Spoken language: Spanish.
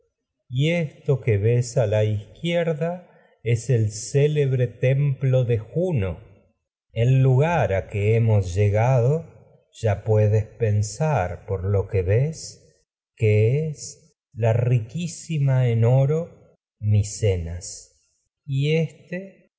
apolo esto que ves la izquierda el célebre templo de juno el pensar por y lu que gar ves a que que hemos llegado ya puedes lo es la riquísima en de los oro micenas del éste